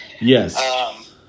Yes